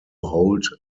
hold